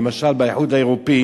למשל, באיחוד האירופי